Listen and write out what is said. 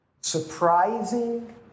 surprising